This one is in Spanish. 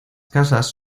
casas